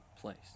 place